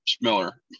miller